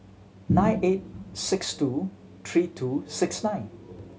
nine eight six two three two six nine